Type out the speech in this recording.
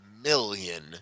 million